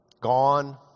gone